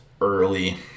early